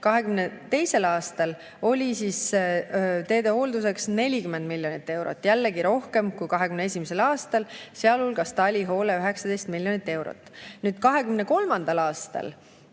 2022. aastal oli teede hoolduseks 40 miljonit eurot, jällegi rohkem kui 2021. aastal, sealhulgas talihoole 19 miljonit eurot. 2023. aastal